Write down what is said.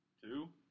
Two